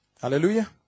Hallelujah